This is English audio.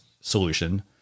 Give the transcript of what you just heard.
solution